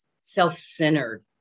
self-centered